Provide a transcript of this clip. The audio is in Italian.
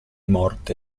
morte